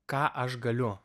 ką aš galiu